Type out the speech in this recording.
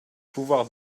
pouvoir